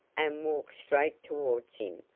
and walked straight towards him,